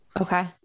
Okay